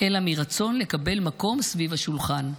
אלא מרצון לקבל מקום סביב השולחן.